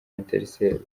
etincelles